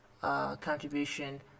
contribution